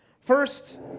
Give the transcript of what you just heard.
First